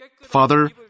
Father